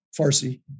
Farsi